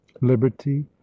liberty